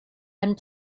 and